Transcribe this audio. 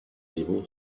evil